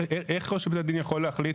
איך ראש בית הדין יכול להחליט